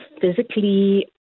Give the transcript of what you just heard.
physically